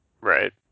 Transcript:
Right